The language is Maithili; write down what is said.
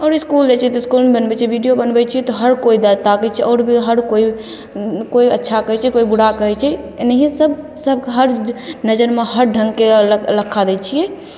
आओर इसकुल जाइ छिए तऽ इसकुलमे बनबै छिए वीडिओ बनबै छिए तऽ हर कोइ ताकै छै आओर भी हर कोइ कोइ अच्छा कहै छै कोइ बुरा कहै छै एनाहिए सभ सभके हर नजरिमे हर ढङ्गके लखा दै छिए